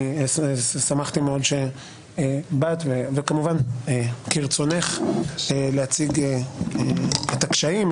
שמחתי מאוד שבאת וכמובן כרצונך להציג את הקשיים,